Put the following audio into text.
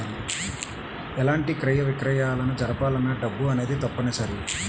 ఎలాంటి క్రయ విక్రయాలను జరపాలన్నా డబ్బు అనేది తప్పనిసరి